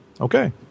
Okay